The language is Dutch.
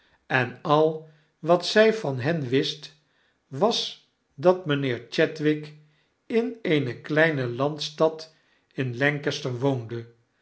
en al wat zij van hen wist was dat mynheer chadwick in eene kleine landstad in lancaster woonde